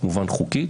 כמובן חוקית.